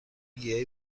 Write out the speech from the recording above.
گیاهی